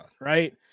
Right